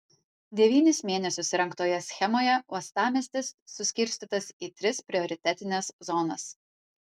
devynis mėnesius rengtoje schemoje uostamiestis suskirstytas į tris prioritetines zonas